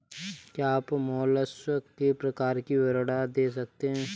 क्या आप मोलस्क के प्रकार का विवरण दे सकते हैं?